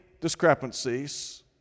discrepancies